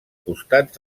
costats